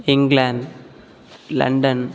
England London